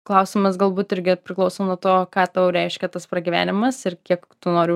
klausimas galbūt irgi priklauso nuo to ką tau reiškia tas pragyvenimas ir kiek tu nori